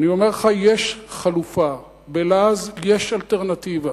אני אומר לך, יש חלופה, בלעז, יש אלטרנטיבה.